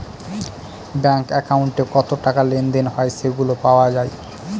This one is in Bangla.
ব্যাঙ্ক একাউন্টে কত টাকা লেনদেন হয় সেগুলা পাওয়া যায়